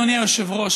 אדוני היושב-ראש,